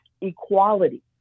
equality